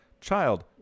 child